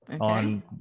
on